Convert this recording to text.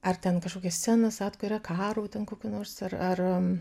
ar ten kažkokias scenas atkuria karo ten kokio nors ar ar